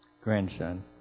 Grandson